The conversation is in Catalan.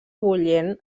bullent